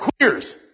queers